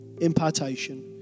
impartation